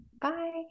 Bye